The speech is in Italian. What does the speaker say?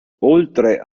oltre